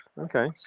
okay